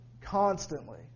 constantly